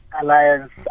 alliance